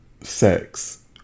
sex